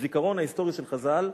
הזיכרון ההיסטורי של חז"ל,